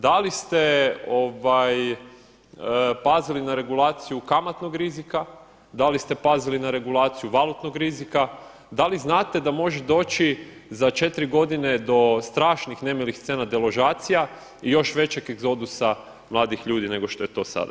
Da li ste pazili na regulaciju kamatnog rizika, da li ste pazili na regulaciju valutnog rizika, da li znate da može doći za četiri godine do strašnih nemilih scena deložacija i još većeg egzodusa mladih ljudi nego što je to sada.